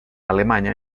alemanya